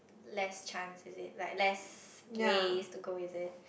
less chance is it like less ways to go is it